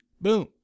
Boom